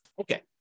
okay